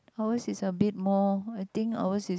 ours is a bit more I think ours is